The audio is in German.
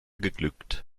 geglückt